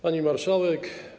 Pani Marszałek!